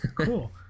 Cool